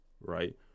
right